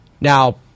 Now